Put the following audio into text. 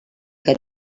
que